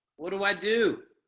what do i do?